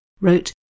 wrote